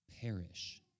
perish